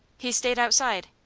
he stayed outside.